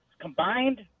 combined